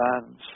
bands